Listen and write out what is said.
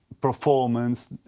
performance